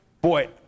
Boy